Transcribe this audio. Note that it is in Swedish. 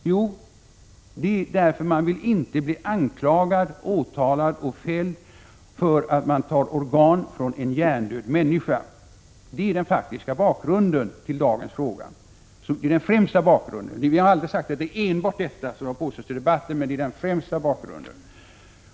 Jo, det är för att de inte vill bli anklagade, åtalade och fällda för att de tar organ från en hjärndöd människa. Det är den faktiska bakgrunden till dagens fråga. Vi har aldrig sagt att det är enbart detta skäl som ligger bakom, vilket har påståtts i debatten, men det är den främsta bakgrunden.